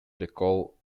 recall